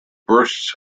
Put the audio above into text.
bursts